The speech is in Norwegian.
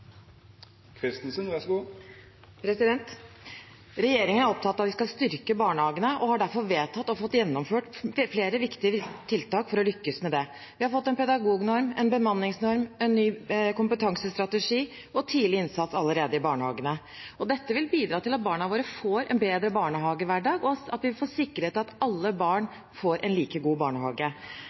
er opptatt av at vi skal styrke barnehagene og har derfor vedtatt og fått gjennomført flere viktige tiltak for å lykkes med det. Vi har fått en pedagognorm, en bemanningsnorm, en ny kompetansestrategi og tidlig innsats allerede i barnehagen. Dette vil bidra til at barna våre får en bedre barnehagehverdag, og at vi får sikret at alle barn får en like god barnehage.